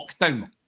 lockdown